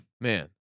Man